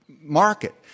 market